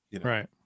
Right